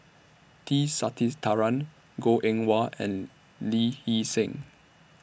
T Sasitharan Goh Eng Wah and Lee Hee Seng